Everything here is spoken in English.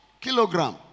kilogram